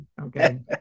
okay